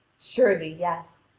surely yes,